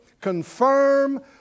confirm